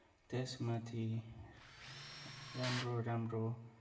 त्यसमाथि राम्रो राम्रो